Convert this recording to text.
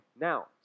Now